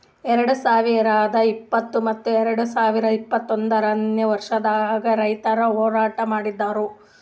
ಎರಡು ಸಾವಿರ ಇಪ್ಪತ್ತು ಮತ್ತ ಎರಡು ಸಾವಿರ ಇಪ್ಪತ್ತೊಂದನೇ ವರ್ಷದಾಗ್ ರೈತುರ್ ಹೋರಾಟ ಮಾಡಿದ್ದರು